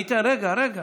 רגע, רגע,